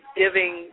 giving